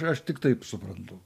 aš tik taip suprantu